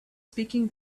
speaking